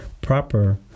proper